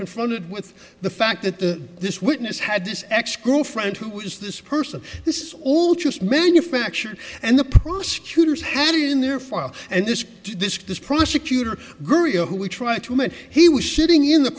confronted with the fact that the this witness had this ex girlfriend who was this person this is all just manufactured and the prosecutors had it in their file and this disk this prosecutor grio who we try to meant he was sitting in the